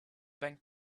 bank